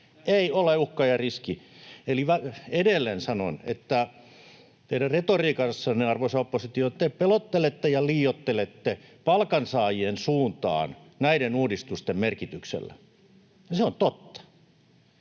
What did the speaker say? se ole uhka ja riski. Eli edelleen sanon, että teidän retoriikassanne, arvoisa oppositio, te pelottelette ja liioittelette palkansaajien suuntaan näiden uudistusten merkitystä, ja se on totta.